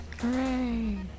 Hooray